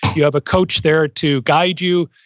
you have a coach there to guide you.